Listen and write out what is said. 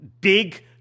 big